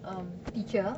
um a teacher